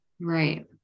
Right